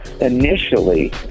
Initially